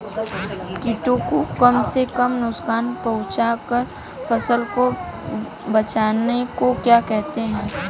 कीटों को कम से कम नुकसान पहुंचा कर फसल को बचाने को क्या कहते हैं?